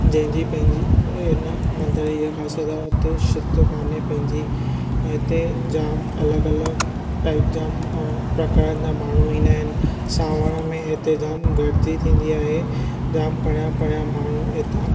जंहिंजी पंहिंजी हिन मंदर जी इहा ख़ासीयत आहे हुते छित कोन्हे पंहिंजी ऐं हिते जाम अलॻि अलॻि टाइप जा प्रकारनि जा माण्हू ईंदा आहिनि सावण में हिते जाम गॾजी थींदी आहे जाम परियां परियां माण्हू हितां